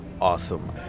awesome